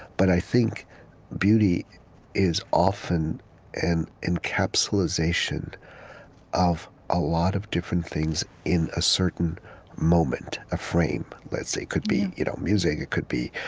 but i think beauty is often an encapsulation of a lot of different things in a certain moment, a frame, let's say it could be you know music. it could be